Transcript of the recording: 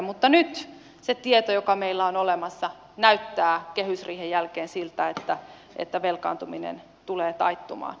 mutta nyt se tieto joka meillä on olemassa näyttää kehysriihen jälkeen siltä että velkaantuminen tulee taittumaan